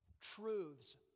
truths